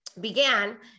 began